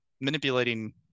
manipulating